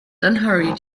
unhurried